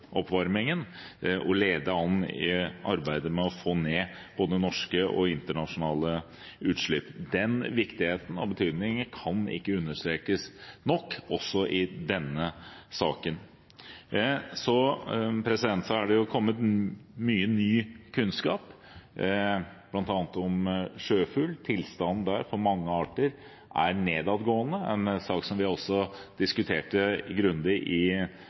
oppvarmingen og lede an i arbeidet med å få ned både norske og internasjonale utslipp. Viktigheten og betydningen av det kan ikke understrekes nok, heller ikke i denne saken. Så er det kommet mye ny kunnskap, bl.a. om sjøfugl, der tilstanden for mange arter er nedadgående. Det er en sak vi også diskuterte grundig i